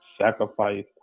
Sacrifice